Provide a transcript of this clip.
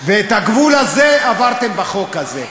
ואת הגבול הזה עברתם בחוק הזה.